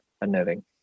unnerving